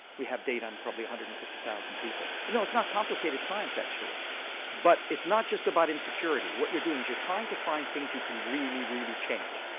we have data on probably one hundred and fifty thousand people. no it's not complicated science actually but it's not just about insecurity what you're doing is you're trying to find things you can really, really change.